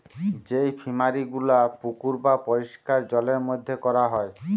যেই ফিশারি গুলা পুকুর বা পরিষ্কার জলের মধ্যে কোরা হয়